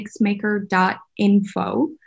mixmaker.info